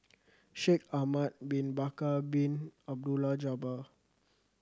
Shaikh Ahmad Bin Bakar Bin Abdullah Jabbar